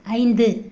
ஐந்து